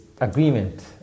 agreement